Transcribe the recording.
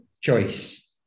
choice